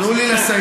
תנו לי לסיים.